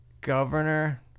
governor